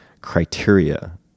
criteria